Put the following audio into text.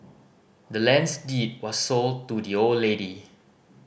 the land's deed was sold to the old lady